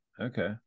Okay